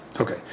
okay